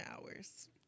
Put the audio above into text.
hours